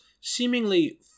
seemingly